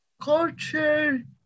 Culture